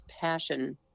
passion